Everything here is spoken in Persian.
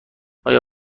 آیا